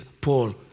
Paul